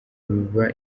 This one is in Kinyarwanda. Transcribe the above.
biba